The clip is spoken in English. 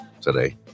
today